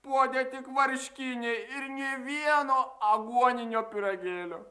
puode tik varškiniai ir nė vieno aguoninio pyragėlio